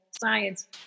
science